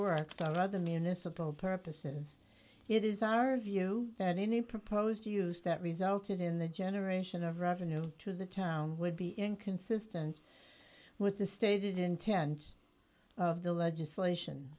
other municipal purposes it is our view that any proposed use that resulted in the generation of revenue to the town would be inconsistent with the stated intent of the legislation